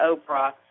Oprah